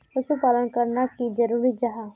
पशुपालन करना की जरूरी जाहा?